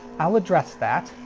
i'll address that.